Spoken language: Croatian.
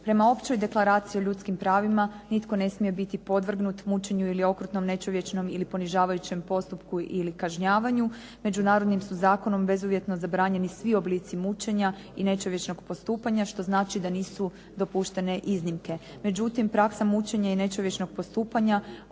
Prema općoj deklaraciji o ljudskim pravima nitko ne smije biti podvrgnut mučenju ili okrutnom nečovječnom ili ponižavajućem postupku ili kažnjavanju. Međunarodnim su zakonom bezuvjetno zabranjeni svi oblici mučenja i nečovječnog postupanja, što znači da nisu dozvoljene iznimke. Međutim, praksa mučenja i nečovječnog postupanja ostaje